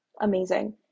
amazing